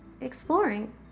exploring